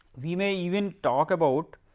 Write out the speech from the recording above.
we may even talk about,